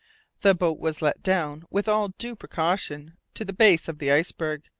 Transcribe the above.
the boat was let down with all due precaution to the base of the iceberg,